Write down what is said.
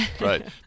Right